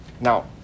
Now